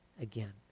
again